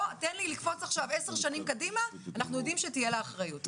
זה יהיה חלקי אבל תהיה אחריות.